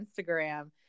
Instagram